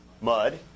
mud